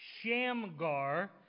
Shamgar